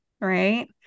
right